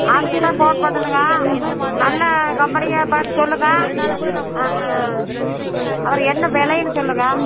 அதுக்கு தான் ஃபோன் போட்டனுங்க நல்ல கம்பெனியாக பார்த்து சொல்லுங்கள் அப்புறம் என்ன விலையினு சொல்லுங்கள்